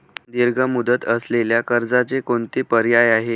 दीर्घ मुदत असलेल्या कर्जाचे कोणते पर्याय आहे?